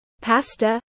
pasta